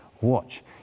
watch